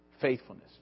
faithfulness